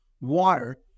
water